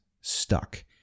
stuck